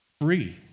free